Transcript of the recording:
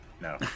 No